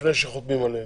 לפני שחותמים עליהן.